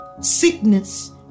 sickness